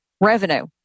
revenue